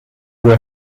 were